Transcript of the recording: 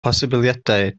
posibiliadau